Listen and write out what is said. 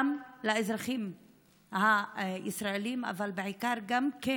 גם אל האזרחים הישראלים, אבל בעיקר גם אל